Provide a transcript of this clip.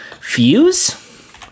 Fuse